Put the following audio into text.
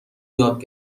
یاد